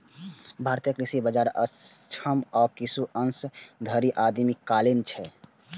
भारतीय कृषि बाजार अक्षम आ किछु अंश धरि आदिम कालीन छै